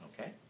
Okay